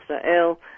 Israel